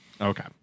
Okay